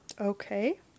Okay